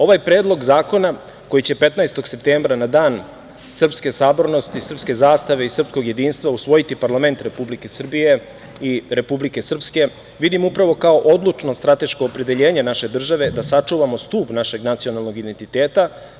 Ovaj Predlog zakona koji će 15. septembra na Dan srpske sabornosti, srpske zastave i srpskog jedinstva usvojiti Parlament Republike Srbije i Republike Srpske vidim upravo kao odlučno strateško opredeljenje naše države da sačuvamo stub našeg nacionalnog identiteta.